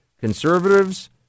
conservatives